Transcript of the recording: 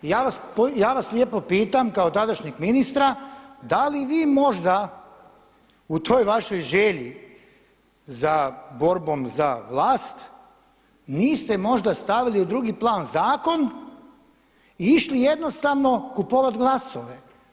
I ja vas lijepo pitam kao tadašnjeg ministra, da li vi možda u toj vašoj želji za borbom za vlast niste možda stavili u drugi plan zakon i išli jednostavno kupovat glasove.